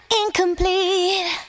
incomplete